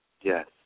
Yes